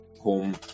home